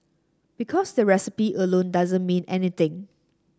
because the recipe alone doesn't mean anything